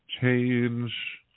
change